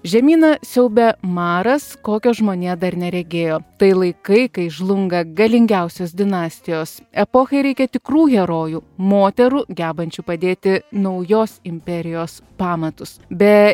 žemyną siaubė maras kokio žmonija dar neregėjo tai laikai kai žlunga galingiausios dinastijos epochai reikia tikrų herojų moterų gebančių padėti naujos imperijos pamatus be